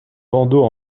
bandeaux